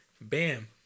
bam